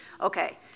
Okay